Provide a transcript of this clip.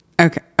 Okay